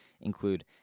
include